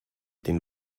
den